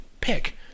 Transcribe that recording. pick